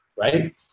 right